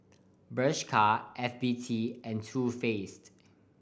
Bershka F B T and Too Faced